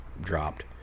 dropped